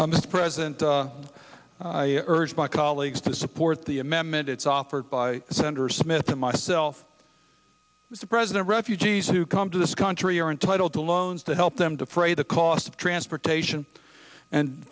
i'm the president i urge my colleagues to support the amendment it's offered by senator smith and myself mr president refugees who come to this country are entitled to loans to help them to pray the cost of transportation and